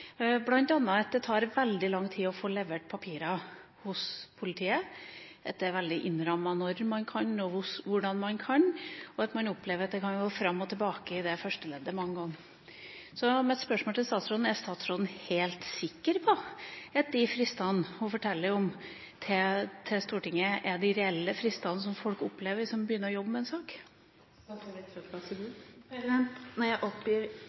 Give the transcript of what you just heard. bl.a. at det tar veldig lang tid å få levert papirer hos politiet, at det er veldig innrammet når og hvordan man kan gjøre det, og at man opplever at det kan gå fram og tilbake i det førsteleddet mange ganger. Mitt spørsmål til statsråden er om hun er helt sikker på at de fristene hun forteller om til Stortinget, er de reelle fristene som folk som begynner å jobbe med en sak, opplever. Når jeg oppgir